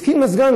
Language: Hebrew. הוא התקין מזגן.